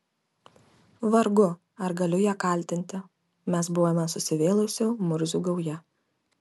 vargu ar galiu ją kaltinti mes buvome susivėlusių murzių gauja